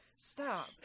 Stop